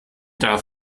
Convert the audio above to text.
darth